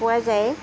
পোৱা যায়